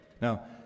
now